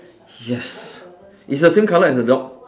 yes it's the same colour as the dog